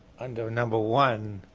and number one,